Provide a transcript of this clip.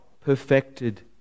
perfected